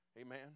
Amen